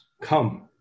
Come